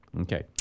Okay